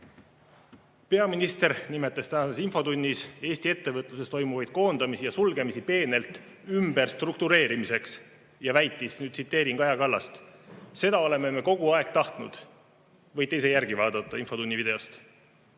Peaminister nimetas täna infotunnis Eesti ettevõtluses toimuvaid koondamisi ja sulgemisi peenelt ümberstruktureerimiseks ja väitis – nüüd ma tsiteerin Kaja Kallast –, et seda oleme me kogu aeg tahtnud. Võite ise järgi vaadata infotunni videost.